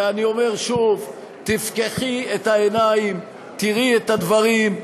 ואני אומר שוב: תפקחי את העיניים, תראי את הדברים.